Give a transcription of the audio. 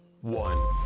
one